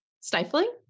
stifling